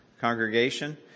congregation